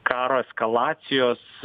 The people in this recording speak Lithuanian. karo eskalacijos